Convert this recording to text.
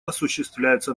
осуществляется